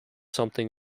something